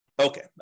Okay